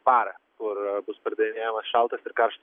barą kur bus pardavinėjamas šaltas ir karštas